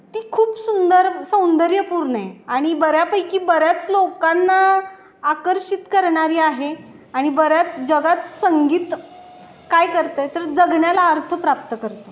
ती खूप सुंदर सौंदर्यपूर्ण आहे आणि बऱ्यापैकी बऱ्याच लोकांना आकर्षित करणारी आहे आणि बऱ्याच जगात संगीत काय करत आहे तर जगण्याला अर्थ प्राप्त करतं